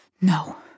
No